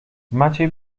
maciej